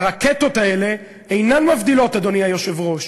הרקטות האלה אינן מבדילות, אדוני היושב-ראש.